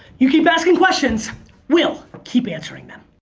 you keep asking questions we'll keep answering them.